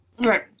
Right